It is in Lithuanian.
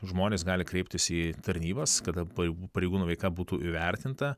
žmonės gali kreiptis į tarnybas kad pa pareigūno veika būtų įvertinta